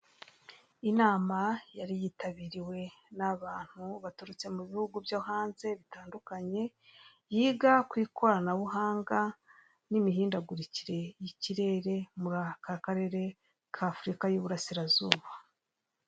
Inama yari yitabiriwe n'abantu baturutse mu bihugu byo hanze bitandukanye yiga ku ikoranabuhanga n'imihindagurikire y'ikirere mu karere ka Afurika y'iburasirazuba.